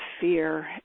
fear